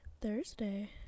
Thursday